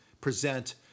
present